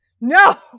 No